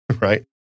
right